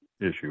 issue